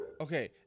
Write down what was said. okay